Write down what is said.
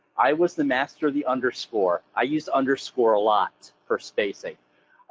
i was the master of the underscore. i used underscore a lot for spacing.